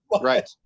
right